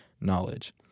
knowledge